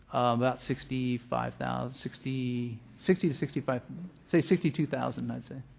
about sixty five thousand sixty sixty to sixty five say sixty two thousand i'd say.